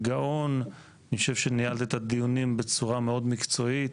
אני חושב שניהלת את הדיונים בצורה מאוד מקצועית.